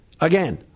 Again